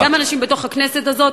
וגם אנשים בתוך הכנסת הזאת,